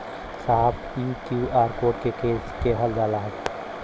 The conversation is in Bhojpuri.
साहब इ क्यू.आर कोड के के कहल जाला?